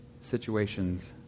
situations